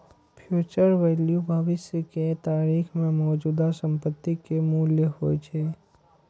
future value भविष्य के तारीख मे मौजूदा संपत्ति के मूल्य होइ छै